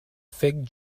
fig